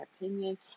opinion